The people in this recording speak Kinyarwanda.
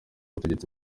butegetsi